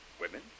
Women